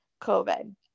COVID